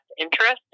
interest